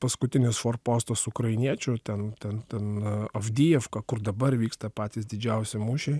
paskutinis forpostas ukrainiečių ten ten ten avdijevka kur dabar vyksta patys didžiausi mūšiai